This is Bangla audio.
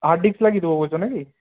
হার্ড ডিস্ক লাগিয়ে দেবো বলছো না কি